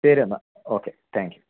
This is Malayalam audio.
ശരി എന്നാൽ ഓക്കെ താങ്ക് യൂ